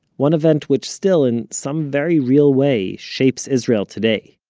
one event which still, in some very real way, shapes israel today